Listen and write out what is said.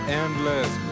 endless